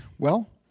well,